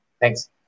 Thanks